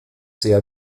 sehr